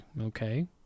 okay